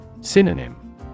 Synonym